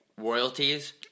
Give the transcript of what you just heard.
royalties